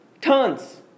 Tons